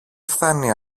φθάνει